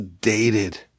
dated